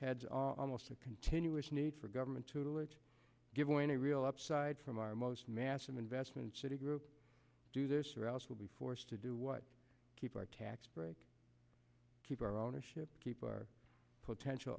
heads on most a continuous need for government to do it given a real upside from our most massive investment citigroup do this or else we'll be forced to do what keep our tax break keep our ownership keep our potential